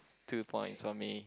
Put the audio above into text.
two points on me